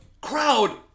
Crowd